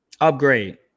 upgrade